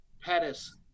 Pettis